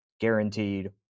guaranteed